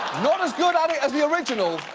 not as good at it as the original,